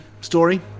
story